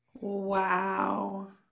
wow